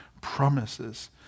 promises